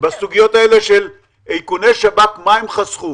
בסוגיות של איכוני שב"כ, מה הם חסכו